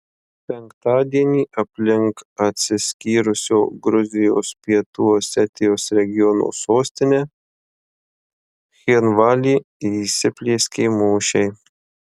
penktadienį aplink atsiskyrusio gruzijos pietų osetijos regiono sostinę cchinvalį įsiplieskė mūšiai